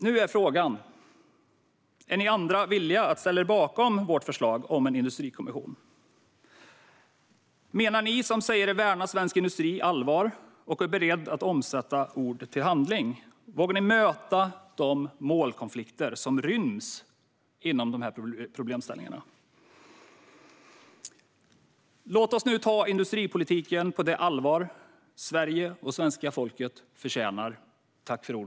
Nu är frågan: Är ni andra villiga att ställa er bakom vårt förslag om en industrikommission? Menar ni som säger er värna svensk industri allvar, och är ni beredda att omsätta ord i handling? Vågar ni möta de målkonflikter som ryms inom de här problemställningarna? Låt oss nu ta industripolitiken på det allvar Sverige och svenska folket förtjänar!